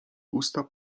usta